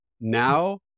Now